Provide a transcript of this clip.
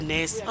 Ness